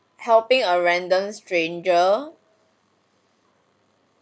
helping a random stranger